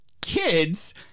kids